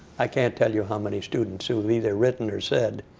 i can't tell you how many students who've either written or said,